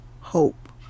hope